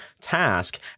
task